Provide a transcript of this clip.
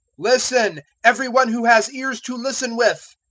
listen, every one who has ears to listen with!